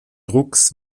drucks